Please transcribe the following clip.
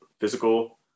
physical